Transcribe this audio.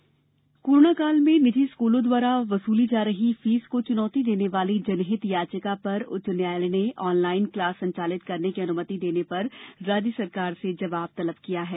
school fees high court corona काल में निजी स्कूलों द्वारा वसूली जा रही फीस को चुनौती देने वाली जनहित याचिका पर उच्च न्यायालय ने ऑनलाइन क्लास संचालित करने की अनुमति देने पर राज्य सरकार से जवाब तलब किया है